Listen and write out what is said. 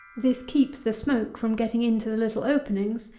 this keeps the smoke from getting into the little openings,